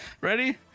Ready